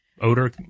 odor